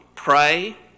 Pray